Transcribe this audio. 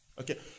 okay